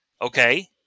Okay